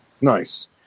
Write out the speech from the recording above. Nice